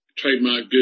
trademark